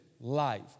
life